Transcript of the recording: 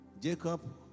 Jacob